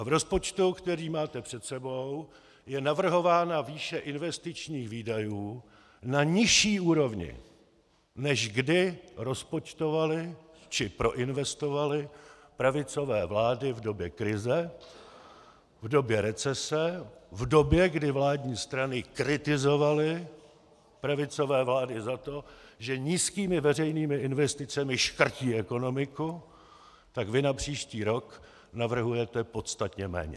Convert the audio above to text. V rozpočtu, který máte před sebou, je navrhována výše investičních výdajů na nižší úrovni, než kdy rozpočtovaly či proinvestovaly pravicové vlády v době krize, v době recese, v době, kdy vládní strany kritizovaly pravicové vlády za to, že nízkými veřejnými investicemi škrtí ekonomiku, tak vy na příští rok navrhujete podstatně méně.